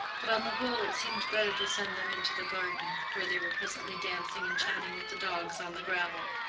but on the whole it seemed better to send them into the garden, where they were presently dancing and chatting with the dogs on the gravel.